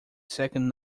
second